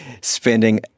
spending